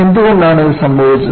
എന്തുകൊണ്ടാണ് ഇത് സംഭവിച്ചത്